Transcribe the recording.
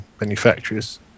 manufacturers